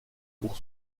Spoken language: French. pour